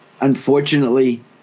Unfortunately